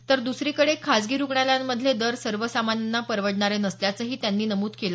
तर द्सरीकडे खासगी रुग्णालयांमधले दर सर्वसामान्यांना परवडणारे नसल्याचंही त्यांनी नमूद केलं